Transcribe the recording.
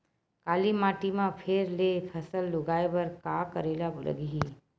काली माटी म फेर ले फसल उगाए बर का करेला लगही?